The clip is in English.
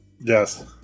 Yes